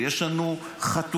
יש לנו חטופים.